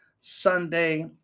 Sunday